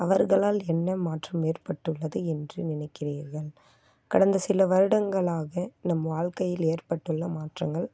அவர்களால் என்ன மாற்றம் ஏற்பட்டுள்ளது என்று நினைக்கிறீர்கள் கடந்த சில வருடங்களாக நம் வாழ்க்கையில் ஏற்பட்டுள்ள மாற்றங்கள்